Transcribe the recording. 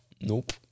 Nope